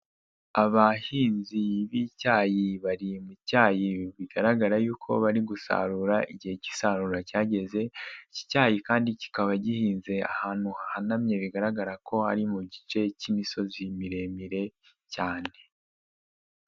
Abahinzi b'icyayi bari mu cyayi bigaragara yuko bari gusarura igihe cy'isarura cyageze, iki cyayi kandi kikaba gihinze ahantu hahanamye, bigaragara ko ari mu gice cy'imisozi miremire cyane.